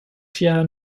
sierra